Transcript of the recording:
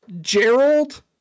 Gerald